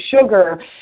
sugar